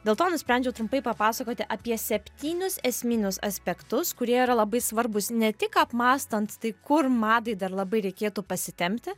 dėl to nusprendžiau trumpai papasakoti apie septynis esminius aspektus kurie yra labai svarbūs ne tik apmąstant tai kur madai dar labai reikėtų pasitempti